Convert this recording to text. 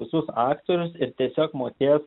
visus aktorius ir tiesiog mokės